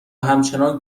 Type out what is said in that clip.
همچنان